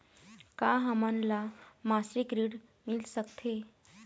का हमन ला मासिक ऋण मिल सकथे?